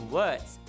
words